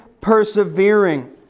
persevering